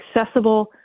accessible